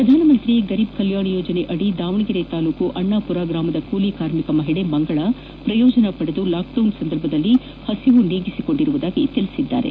ಪ್ರಧಾನ ಮಂತ್ರಿ ಗರೀಬ್ ಕಲ್ಕಾಣ್ ಯೋಜನೆಯಡಿ ದಾವಣಗೆರೆ ತಾಲೂಕಿನ ಅಣ್ಣಾಪುರ ಗ್ರಾಮದ ಕೂಲಿ ಕಾರ್ಮಿಕ ಮಹಿಳೆ ಮಂಗಳಾ ಪ್ರಯೋಜನ ಪಡೆದು ಲಾಕ್ಡೌನ್ ಸಂದರ್ಭದಲ್ಲಿ ಹಸಿವು ನೀಗಿಸಿಕೊಂಡಿದ್ದಾರೆ